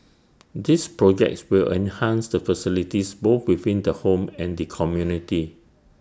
these projects will enhance the facilities both within the home and the community